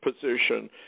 position